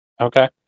Okay